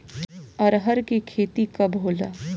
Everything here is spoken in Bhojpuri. अरहर के खेती कब होला?